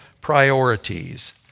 priorities